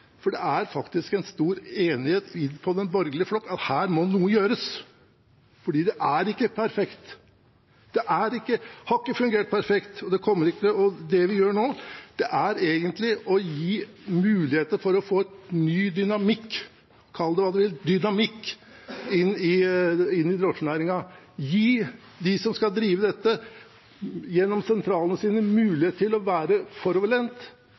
for det er faktisk stor enighet i den borgerlige flokken om at her må noe gjøres, for det er ikke perfekt. Det har ikke fungert perfekt, og det vi gjør nå, er egentlig å gi muligheter for å få en ny dynamikk – kall det hva du vil – inn i drosjenæringen; gi dem som skal drive dette gjennom sentralene sine, mulighet til å være foroverlent,